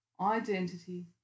identity